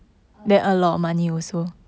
err